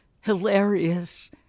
hilarious